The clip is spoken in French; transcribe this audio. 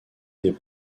des